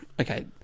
Okay